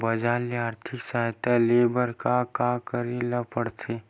बजार ले आर्थिक सहायता ले बर का का करे ल पड़थे?